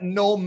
no